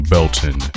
Belton